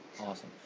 awesome